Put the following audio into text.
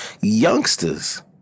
Youngsters